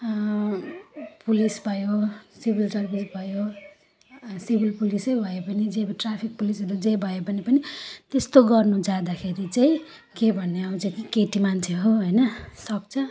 police भयो civil service भयो civil पुलिसै भए पनि जे ट्राफिक पुलिसहरू जे भयो भने पनि त्यस्तो गर्नु जाँदाखेरि चाहिँ के भन्ने आउँछ कि केटी मान्छे हो हैन सक्छ